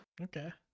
okay